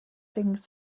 things